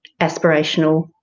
aspirational